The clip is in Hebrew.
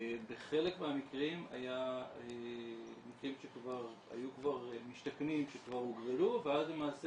בחלק מהמקרים היו מקרים שכבר היו משתכנים שהוגרלו ואז למעשה